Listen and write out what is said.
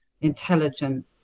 intelligent